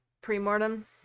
pre-mortem